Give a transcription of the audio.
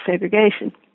segregation